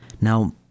Now